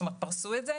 כלומר פרסו את זה.